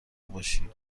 باشی